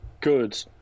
good